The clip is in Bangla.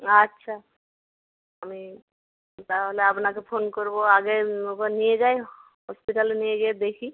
আচ্ছা আমি তাহলে আপনাকে ফোন করব আগে ওকে নিয়ে যাই হসপিটালে নিয়ে গিয়ে দেখি